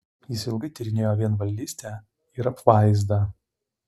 jis ilgai tyrinėjo vienvaldystę ir apvaizdą